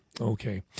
Okay